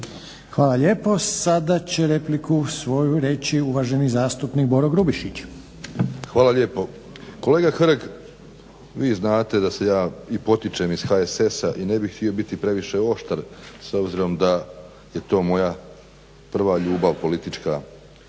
Hvala lijepa. Sada će repliku svoju reći uvaženi zastupnik Boro Grubišić. **Grubišić, Boro (HDSSB)** Hvala lijepo. Kolega Hrg vi znate da se ja i potičem iz HSS-a i ne bih htio biti previše oštar s obzirom da je to moja prva politička